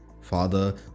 Father